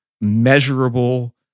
measurable